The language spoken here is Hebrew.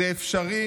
זה אפשרי